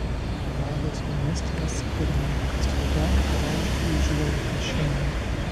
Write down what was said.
kanados ministras pirmininkas trudo pareiškė užuojautą šeimai